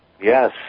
Yes